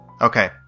okay